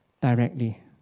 directly